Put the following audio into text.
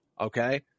Okay